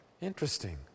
Interesting